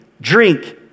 Drink